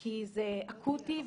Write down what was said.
כי זה אקוטי.